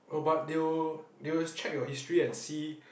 but do do you check your history and see